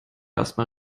erstmal